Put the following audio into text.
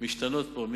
משתנים פה,